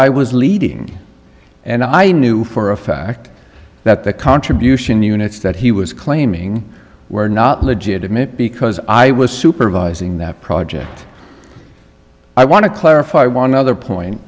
i was leading and i knew for a fact that the contribution units that he was claiming were not legitimate because i was supervising that project i want to clarify one other point